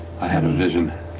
i had a vision.